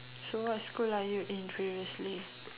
so what school are you in previously